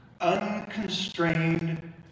unconstrained